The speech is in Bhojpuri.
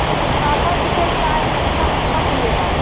टाटा टी के चाय बच्चा बच्चा पियेला